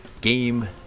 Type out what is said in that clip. Game